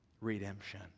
redemption